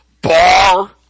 Bar